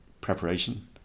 preparation